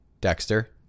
Dexter